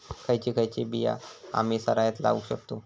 खयची खयची बिया आम्ही सरायत लावक शकतु?